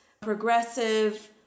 progressive